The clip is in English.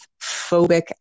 phobic